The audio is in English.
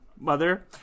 mother